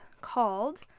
called